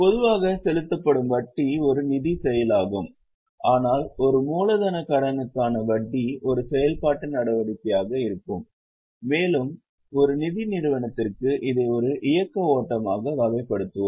பொதுவாக செலுத்தப்படும் வட்டி ஒரு நிதிச் செயலாகும் ஆனால் ஒரு மூலதனக் கடனுக்கான வட்டி ஒரு செயல்பாட்டு நடவடிக்கையாக இருக்கும் மேலும் ஒரு நிதி நிறுவனத்திற்கு இதை ஒரு இயக்க ஓட்டமாக வகைப்படுத்துவோம்